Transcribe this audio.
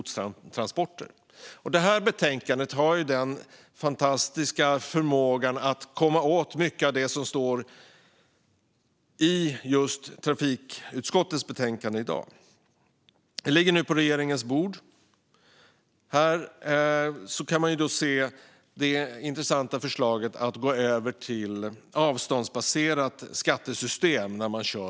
Det betänkandet har den fantastiska förmågan att komma åt mycket av det som står i trafikutskottets betänkande i dag. Det ligger nu på regeringens bord, och där kan man se det intressanta förslaget om att gå över till ett avståndsbaserat skattesystem för yrkestrafik.